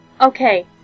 Okay